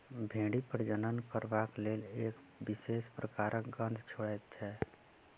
भेंड़ी प्रजनन करबाक लेल एक विशेष प्रकारक गंध छोड़ैत छै